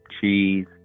cheese